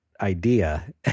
idea